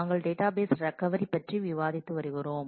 நாங்கள் database recovery பற்றி விவாதித்து வருகிறோம்